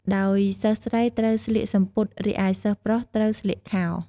ដោយសិស្សស្រីត្រូវស្លៀកសំពត់ រីឯសិស្សប្រុសត្រូវស្លៀកខោ។